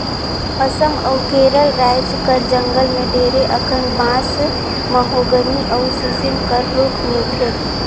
असम अउ केरल राएज कर जंगल में ढेरे अकन बांस, महोगनी अउ सीसम कर रूख मिलथे